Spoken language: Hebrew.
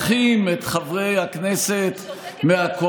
המהלכים האחרונים שלהם והממשלה שהם יציגו השבוע,